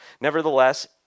Nevertheless